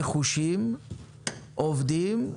נחושים, עובדים,